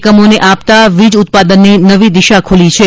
એકમોને આપતા વીજ ઉત્પાદનની નવી દિશા ખુલી છે